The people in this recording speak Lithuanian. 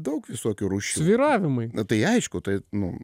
daug visokių rūšių svyravimai na tai aišku tai nu